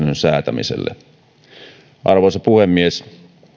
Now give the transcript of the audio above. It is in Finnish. säätämiselle arvoisa puhemies